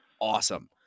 awesome